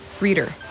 Reader